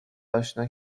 آشنا